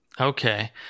Okay